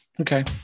Okay